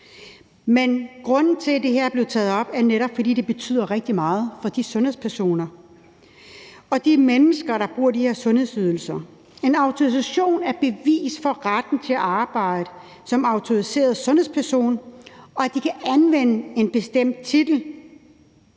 Grunden til, at det her er blevet taget op, er netop, at det betyder rigtig meget for de sundhedspersoner og for de mennesker, der bruger de her sundhedsydelser. En autorisation er et bevis på retten til at arbejde som autoriseret sundhedsperson og på, at de kan anvende en bestemt titel.